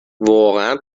واقعا